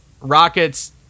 Rockets